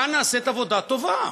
כאן נעשית עבודה טובה,